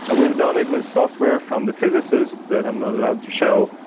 and we've done it with software from the physicists that i'm not allowed to show.